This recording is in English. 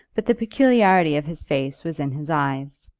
but the peculiarity of his face was in his eyes.